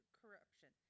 corruption